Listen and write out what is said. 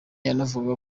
yanavugaga